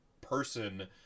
person